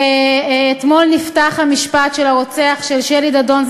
שכן אתמול נפתח המשפט של הרוצח של שלי דדון,